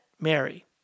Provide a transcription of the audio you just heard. Mary